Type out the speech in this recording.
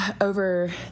over